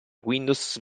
windows